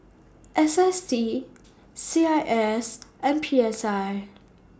S S T C I S and P S I